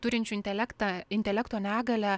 turinčių intelektą intelekto negalią